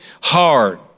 hard